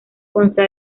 consta